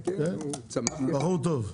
בחור טוב.